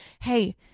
Hey